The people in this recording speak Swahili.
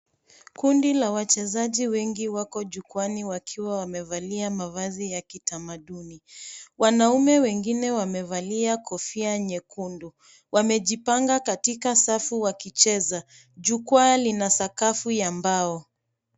Kundi la wachezaji wengi wako jukwaani wakiwa wamevalia mavazi ya kitamaduni. Wanaume wengine wamevalia kofia nyekundu. Wamejipanga katika safu wakicheza. Jukwaa lina sakafu ya mbao.